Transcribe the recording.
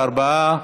בעד, 44,